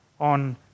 On